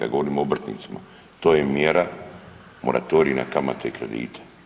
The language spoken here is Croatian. Ja govorim o obrtnicima, to je mjere moratorij na kamate i kredite.